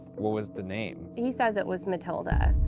what was the name? he says it was matilda.